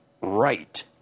right